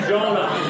Jonah